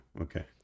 okay